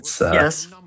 Yes